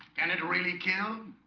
can it really kill